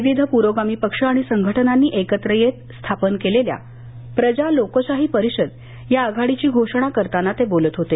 विविध पुरोगामी पक्ष आणि संघटनांनी एकत्र येत स्थापन केलेल्या प्रजा लोकशाही परिषद या आघाडीची घोषणा करताना ते बोलत होते